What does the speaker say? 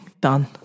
done